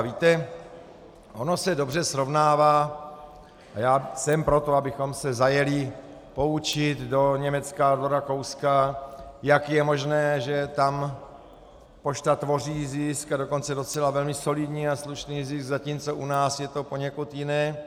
Víte, ono se dobře srovnává, a já jsem pro to, abychom se zajeli poučit do Německa, do Rakouska, jak je možné, že tam pošta tvoří zisk, a dokonce docela velmi solidní a slušný zisk, zatímco u nás je to poněkud jiné.